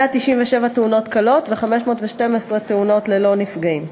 197 תאונות קלות ו-512 תאונות ללא נפגעים.